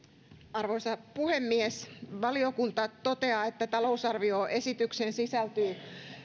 arvoisa puhemies valiokunta toteaa että talousarvioesitykseen sisältyy